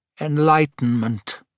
Enlightenment